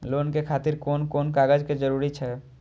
Loan के खातिर कोन कोन कागज के जरूरी छै?